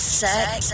sex